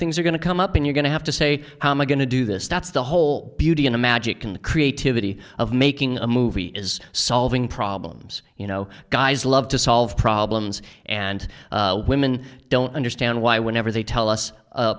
things are going to come up and you're going to have to say how my going to do this that's the whole beauty of the magic and creativity of making a movie is solving problems you know guys love to solve problems and women don't understand why whenever they tell us